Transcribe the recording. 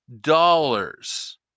dollars